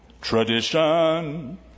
tradition